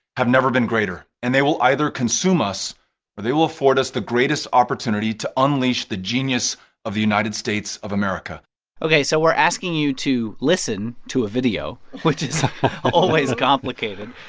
have never been greater. and they will either consume us or they will afford us the greatest opportunity to unleash the genius of the united states of america ok, so we're asking you to listen to a video. which is always complicated.